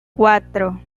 cuatro